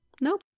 Nope